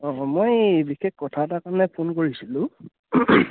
অঁ মই বিশেষ কথা এটাৰ কাৰণে ফোন কৰিছিলোঁ